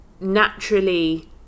naturally